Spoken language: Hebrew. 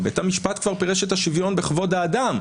בית המשפט כבר פירש את השוויון בכבוד האדם.